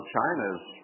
China's